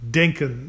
denken